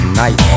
night